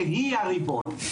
שהיא הריבון.